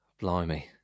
Blimey